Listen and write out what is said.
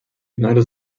united